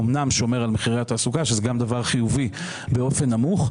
אמנם שומר על מחירי התעסוקה שזה גם דבר חיובי באופן נמוך,